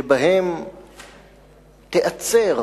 שבהם תיעצר